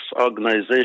organization